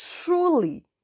truly